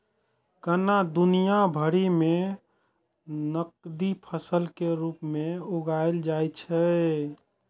गन्ना दुनिया भरि मे नकदी फसल के रूप मे उगाएल जाइ छै